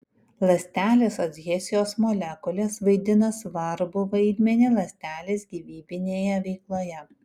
ląstelės adhezijos molekulės vaidina svarbų vaidmenį ląstelės gyvybinėje veikloje